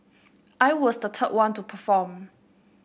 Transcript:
I was the third one to perform